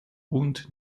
und